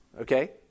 okay